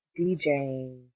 djing